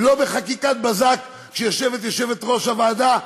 ולא בחקיקת בזק כשיושבת יושבת-ראש הוועדה,